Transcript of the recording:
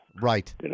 Right